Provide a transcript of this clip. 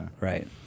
right